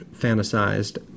fantasized